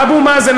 אבו מאזן,